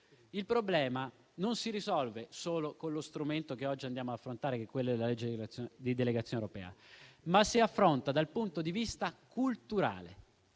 il problema non si risolve solo con lo strumento che oggi andiamo ad affrontare, cioè la legge di delegazione europea. Si affronta dal punto di vista culturale,